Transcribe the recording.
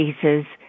cases